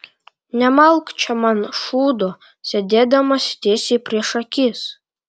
nemalk čia man šūdo sėdėdamas tiesiai prieš akis